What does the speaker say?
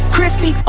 Crispy